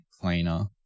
cleaner